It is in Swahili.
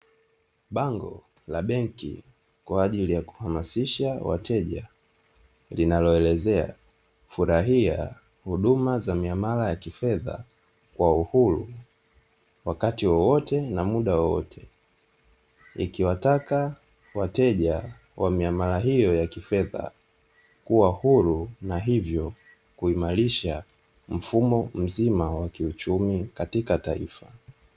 Bango la benki kwa ajili ya kuhamasisha wateja, linaoelezea furahia huduma za mihamala ya kifedha kwa uhuru wakati wowote na muda wowote. ikiwataka wateja wa mihamala hiyo ya kifedha kuwa huru na hivyo kuimarisha mfumo mzima wakiuchumi katika Taifa.